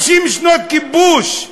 50 שנות כיבוש,